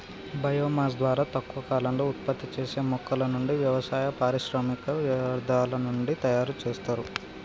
bio mass ద్వారా తక్కువ కాలంలో ఉత్పత్తి చేసే మొక్కల నుండి, వ్యవసాయ, పారిశ్రామిక వ్యర్థాల నుండి తయరు చేస్తారు